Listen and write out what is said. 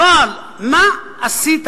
אבל מה עשית?